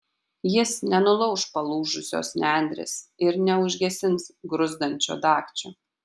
jis nenulauš palūžusios nendrės ir neužgesins gruzdančio dagčio